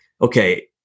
Okay